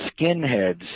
skinheads